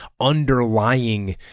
underlying